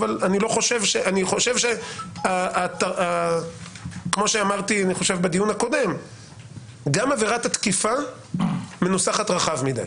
אבל אני חושב שכמו שאמרתי בדיון הקודם גם עבירת התקיפה מנוסחת רחב מדי.